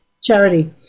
charity